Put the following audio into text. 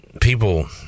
people